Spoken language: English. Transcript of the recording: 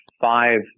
five